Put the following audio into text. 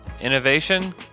innovation